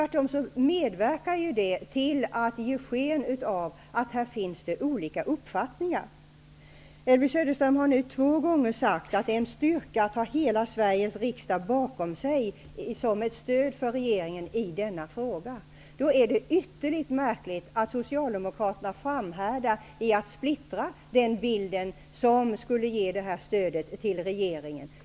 Det medverkar ju tvärtom till att ge sken av att det finns olika uppfattningar här. Elvy Söderström har nu två gånger sagt att det är en styrka att ha hela Sveriges riksdag som ett stöd för regeringen i denna fråga. Då är det ytterligt märkligt att Socialdemokraterna framhärdar i att splittra den bild som skulle ge detta stöd till regeringen.